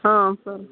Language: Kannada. ಹಾಂ ಸರ್